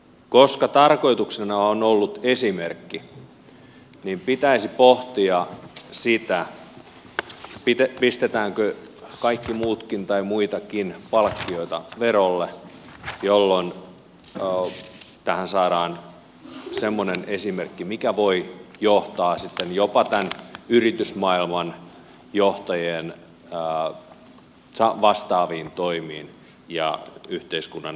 koska tarkoituksena on ollut esimerkki niin pitäisi pohtia sitä pistetäänkö kaikki muutkin tai muitakin palkkioita verolle jolloin tähän saadaan semmoinen esimerkki mikä voi johtaa sitten jopa yritysmaailman johtajien vastaaviin toimiin ja yhteiskunnan eteen toimimiseen